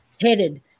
headed